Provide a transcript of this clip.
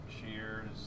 Cheers